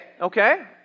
Okay